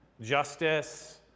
justice